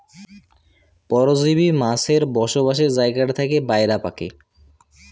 পরজীব মাছের বসবাসের জাগাটা থাকে বায়রা পাকে